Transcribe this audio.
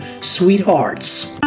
Sweethearts